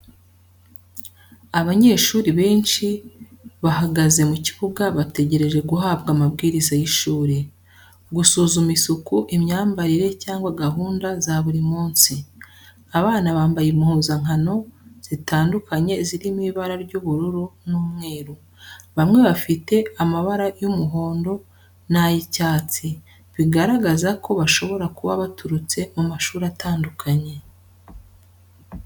Abanyeshuri benshi bahagaze mu kibuga bategereje guhabwa amabwiriza y'ishuri. Gusuzuma isuku, imyambarire, cyangwa gahunda za buri munsi. Abana bambaye impuzankano zitandukanye zirimo ibara ry’ubururu n’umweru, bamwe bafite amabara y'umuhondo n'ay'icyatsi, bigaragaza ko bashobora kuba baturutse mu mashuri atandukanye.